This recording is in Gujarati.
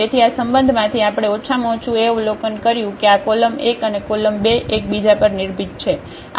તેથી આ સંબંધમાંથી આપણે ઓછામાં ઓછું એ અવલોકન કર્યું કે આ કોલમ 1 અને કોલમ 2 એક બીજા પર નિર્ભીત છે